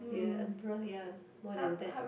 be a emperor ya more than that